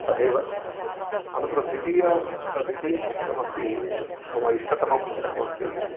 तथैव अनन्तरं द्वितीयं पुस्तकं द्वितीयं पुस्तकमस्ति मम इष्टतमं पुस्तकमस्ति